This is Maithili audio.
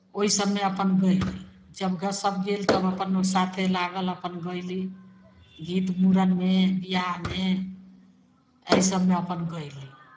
ओहि सभमे अपन गयली जब गेस्टसभ गेल तब अपन ओहि साथे लागल अपन गयली गीत मूड़नमे विवाहमे एहि सभमे अपन गयली